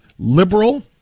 Liberal